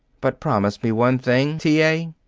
but promise me one thing, t. a.